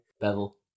Bevel